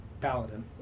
Paladin